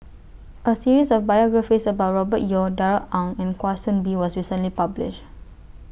A series of biographies about Robert Yeo Darrell Ang and Kwa Soon Bee was recently published